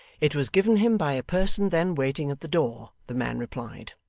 it was given him by a person then waiting at the door, the man replied.